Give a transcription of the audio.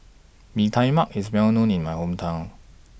Mee Tai Mak IS Well known in My Hometown